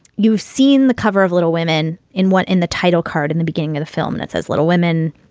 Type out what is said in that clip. you've seen the cover of little women in what in the title card in the beginning of the film that says little women.